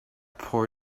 poor